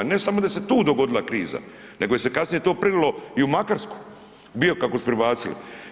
Ne samo da se tu dogodila kriza, nego je se kasnije to prinilo i u Makarsku, bio kako su pribacili.